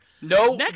No